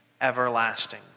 everlasting